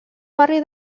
barri